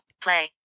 Play